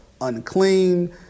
unclean